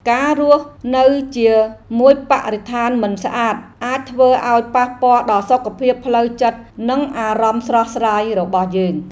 ការរស់នៅជាមួយបរិស្ថានមិនស្អាតអាចធ្វើឱ្យប៉ះពាល់ដល់សុខភាពផ្លូវចិត្តនិងអារម្មណ៍ស្រស់ស្រាយរបស់យើង។